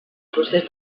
procés